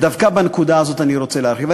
ודווקא בנקודה הזאת אני רוצה להרחיב.